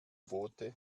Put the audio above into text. boote